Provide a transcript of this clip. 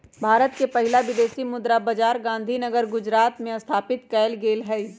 भारत के पहिला विदेशी मुद्रा बाजार गांधीनगर गुजरात में स्थापित कएल गेल हइ